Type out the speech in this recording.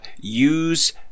use